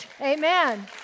amen